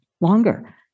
longer